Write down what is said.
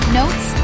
notes